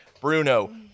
Bruno